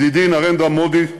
ידידי נרנדרה מודי,